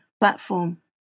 platform